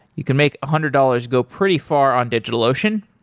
you can make a hundred dollars go pretty far on digitalocean.